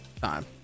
time